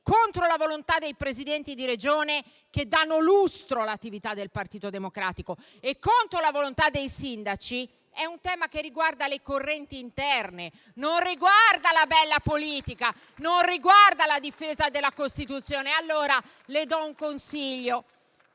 contro la volontà dei Presidenti di Regione, che danno lustro all'attività del Partito Democratico, e contro la volontà dei sindaci, è un tema che riguarda le correnti interne, non riguarda la bella politica o la difesa della Costituzione. Allora le do un consiglio: